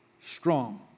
strong